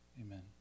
amen